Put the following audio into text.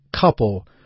couple